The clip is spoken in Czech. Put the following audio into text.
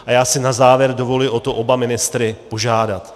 A já si na závěr dovoluji o to oba ministry požádat.